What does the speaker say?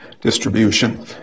distribution